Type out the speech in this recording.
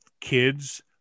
kids